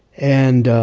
and